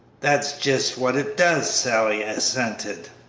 that's jest what it does! sally assented.